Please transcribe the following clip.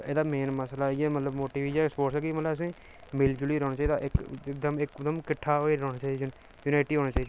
एह्दा मेन मसला इ'यै मतलब मोटिव इ'यै स्पोर्ट्स दा कि मतलब असेंगी मिली जुलियै रौह्ना चाहिदा एक दम एकदम किट्ठा होइयै रौह्ना चाहिदा यूनाइट होनी चाहिदी